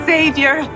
Savior